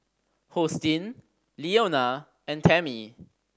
Hosteen Leona and Tammie